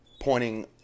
pointing –